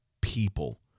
people